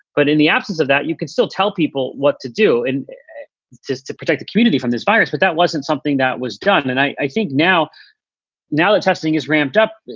but in the absence of that, you can still tell people what to do. and just to protect the community from this virus. but that wasn't something that was done. and i think now now the testing is ramped up.